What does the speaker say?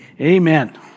Amen